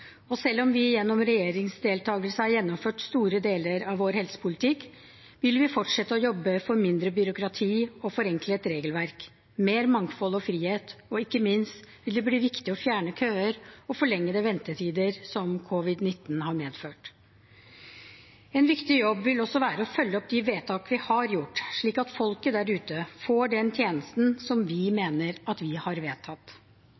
og selv om vi gjennom regjeringsdeltakelse har gjennomført store deler av vår helsepolitikk, vil vi fortsette å jobbe for mindre byråkrati og forenklet regelverk, mer mangfold og frihet, og ikke minst vil det bli viktig å fjerne køer og forlengede ventetider som covid-19 har medført. En viktig jobb vil også være å følge opp de vedtak vi har gjort, slik at folket der ute får den tjenesten som vi mener vi har vedtatt.